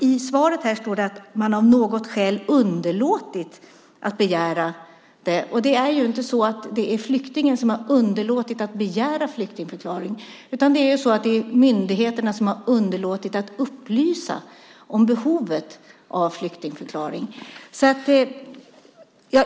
I svaret står det om att man av något skäl underlåtit att begära en sådan, men det är ju inte flyktingen som har underlåtit att begära en flyktingförklaring, utan det är myndigheterna som har underlåtit att upplysa om behovet av flyktingförklaring.